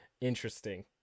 Interesting